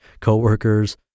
coworkers